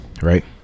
Right